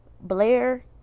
Blair